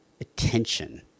attention